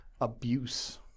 abuse